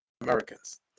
americans